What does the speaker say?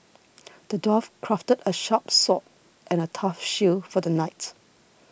the dwarf crafted a sharp sword and a tough shield for the knight